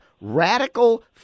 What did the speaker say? radical